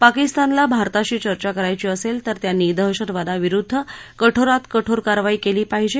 पाकिस्तानला भारताशी चर्चा करायची असेल तर त्यांनी दहशतवादाविरुद्ध कठोरात कठोर कारवाई केली पाहिजे